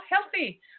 healthy